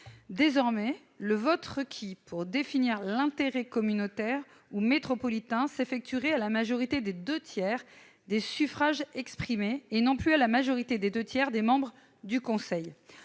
Désormais, le vote requis pour définir l'intérêt communautaire ou métropolitain s'effectuerait à la majorité des deux tiers des suffrages exprimés, et non plus à la majorité des deux tiers des membres du conseil.